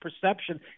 perception